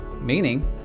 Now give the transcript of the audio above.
meaning